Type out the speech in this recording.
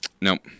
Nope